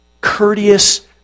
courteous